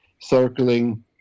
circling